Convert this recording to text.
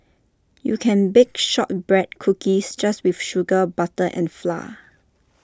you can bake Shortbread Cookies just with sugar butter and flour